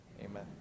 Amen